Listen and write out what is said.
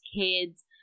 kids